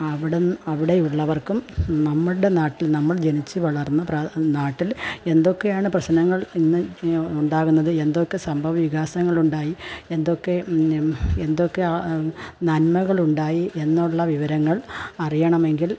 അവിട് അവിടെയുള്ളവർക്കും നമ്മളുടെ നാട്ടിൽ നമ്മൾ ജനിച്ചു വളർന്ന പ്രാ നാട്ടിൽ എന്തൊക്കെയാണ് പ്രശ്നങ്ങൾ എന്ന് ഉണ്ടാകുന്നത് എന്തൊക്കെ സംഭവവികാസങ്ങളുണ്ടായി എന്തൊക്കെ എന്തൊക്കെ നന്മകളുണ്ടായി എന്നുള്ള വിവരങ്ങൾ അറിയണമെങ്കിൽ